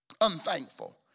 Unthankful